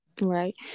Right